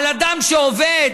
על אדם שעובד,